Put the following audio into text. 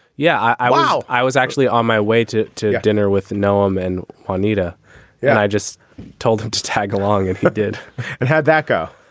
yeah i went. i was actually on my way to to dinner with noam and juanita yeah and i just told him to tag along and he did and had that go.